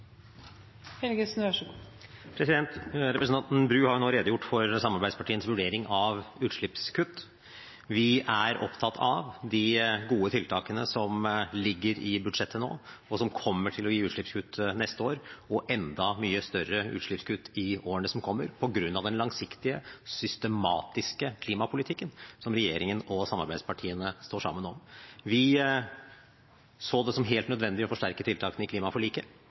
opptatt av de gode tiltakene som ligger i budsjettet nå, og som kommer til å gi utslippskutt neste år, og enda større utslippskutt i årene som kommer, på grunn av den langsiktige, systematiske klimapolitikken som regjeringen og samarbeidspartiene står sammen om. Vi så det som helt nødvendig å forsterke tiltakene i klimaforliket.